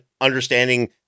understanding